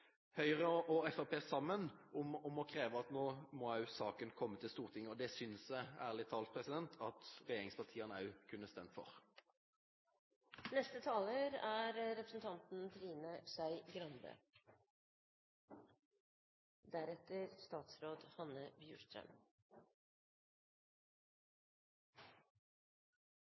sammen om å kreve at nå må saken også komme til Stortinget. Det synes jeg, ærlig talt, at regjeringspartiene også kunne stemt for. Dette er